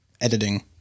editing